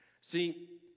See